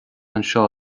anseo